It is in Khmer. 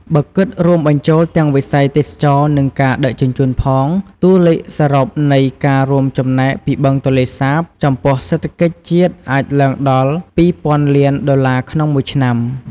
បើគិតរួមបញ្ចូលទាំងវិស័យទេសចរណ៍ និងការដឹកជញ្ជូនផង តួលេខសរុបនៃការរួមចំណែកពីបឹងទន្លេសាបចំពោះសេដ្ឋកិច្ចជាតិអាចឡើងដល់ ២ ពាន់លានដុល្លារក្នុងមួយឆ្នាំ។